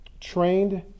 trained